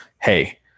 hey